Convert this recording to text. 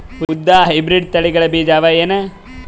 ಉದ್ದ ಹೈಬ್ರಿಡ್ ತಳಿಗಳ ಬೀಜ ಅವ ಏನು?